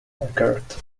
occurred